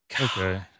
Okay